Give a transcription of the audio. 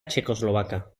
checoslovaca